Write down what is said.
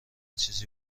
چیزی